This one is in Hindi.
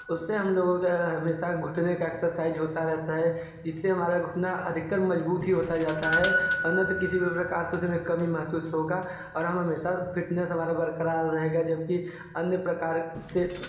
उससे हम लोगों के हमेशा घुटने का एक्सरसाइज़ होता रहता है जिससे हमारा घुटना अधिकतर मज़बूत ही होता जाता है वरना तो किसी भी प्रकार से उसमें कमी महसूस होगा और हम हमेशा फिटनेस हमारा बरक़रार रहेगा जबकि अन्य प्रकार से